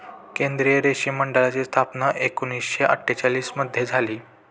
केंद्रीय रेशीम मंडळाची स्थापना एकूणशे अट्ठेचालिश मध्ये झाली